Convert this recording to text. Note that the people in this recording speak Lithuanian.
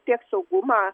tiek saugumą